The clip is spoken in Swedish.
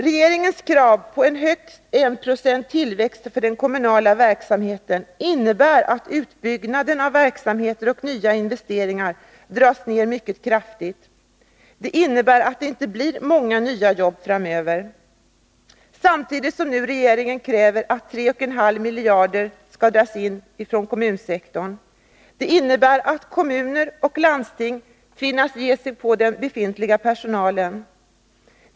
Regeringens krav på högst 1 96 i tillväxt för den kommunala verksamheten innebär att utbyggnaden av verksamheter och nya investeringar minskar mycket kraftigt. Det innebär i sin tur att det inte blir många nya jobb framöver. Samtidigt kräver nu regeringen att 3,5 miljarder skall dras in för den kommunala sektorn. Det innebär att kommuner och landsting tvingas ge sig på den befintliga personalen.